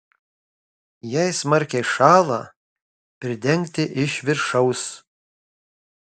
jei smarkiai šąla pridengti iš viršaus